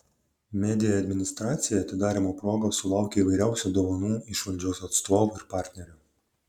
media administracija atidarymo proga sulaukė įvairiausių dovanų iš valdžios atstovų ir partnerių